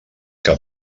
que